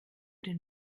den